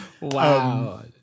Wow